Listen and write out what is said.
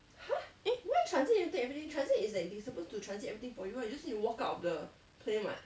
eh